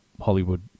Hollywood